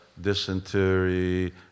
dysentery